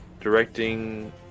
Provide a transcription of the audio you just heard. directing